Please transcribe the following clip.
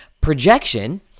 Projection